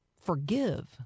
forgive